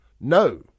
No